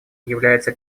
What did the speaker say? является